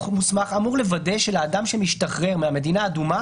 המוסמך אמור לוודא שלאדם שמשתחרר מהמדינה האדומה